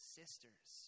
sisters